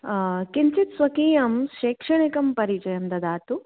किञ्चित् स्वकीयं शैक्षणिकं परिचयं ददातु